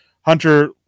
Hunter